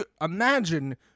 imagine